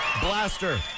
blaster